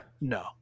No